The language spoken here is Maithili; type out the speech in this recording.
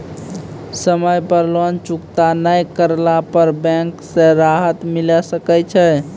समय पर लोन चुकता नैय करला पर बैंक से राहत मिले सकय छै?